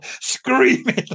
screaming